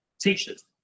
teachers